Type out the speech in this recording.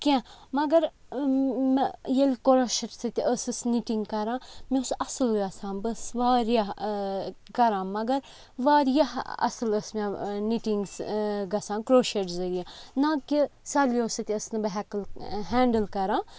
کیٚنٛہہ مَگَر ییٚلہِ کرٛشَر سٍتۍ ٲسٕس نِٹِنٛگ کَران مےٚ اوس اَصٕل گَژھان بہٕ ٲسٕس واریاہ کَران مَگَر واریاہ اَصٕل ٲس مےٚ نِٹِنٛگس گَژھان کروشیڈ ذٔریعہِ نہَ کہِ سَلیو سٍتۍ ٲسٕس نہٕ بہٕ ہیٚکل ہینٛڈَل کَران